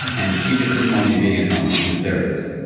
and she just didn't want me being at home. she's a therapist.